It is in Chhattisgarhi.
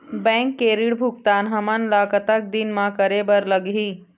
बैंक के ऋण भुगतान हमन ला कतक दिन म करे बर लगही?